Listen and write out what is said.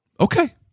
Okay